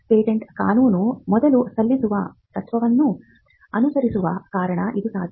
patent ಕಾನೂನು ಮೊದಲು ಸಲ್ಲಿಸುವ ತತ್ವವನ್ನು ಅನುಸರಿಸುವ ಕಾರಣ ಇದು ಸಾಧ್ಯ